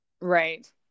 Right